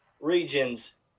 regions